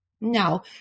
no